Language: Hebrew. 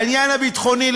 בעניין הביטחוני,